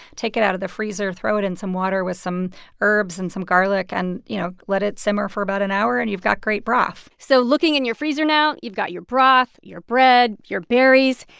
take it out of the freezer, throw it in some water with some herbs and some garlic and, you know, let it simmer for about an hour, and you've got great broth so looking in your freezer now, you've got your broth, your bread, your berries.